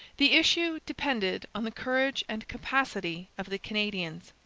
the issue depended on the courage and capacity of the canadians.